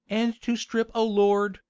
an' to strip a lord,